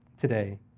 today